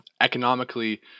economically